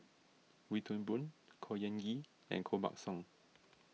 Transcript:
Wee Toon Boon Khor Ean Ghee and Koh Buck Song